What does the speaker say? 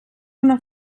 una